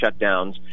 shutdowns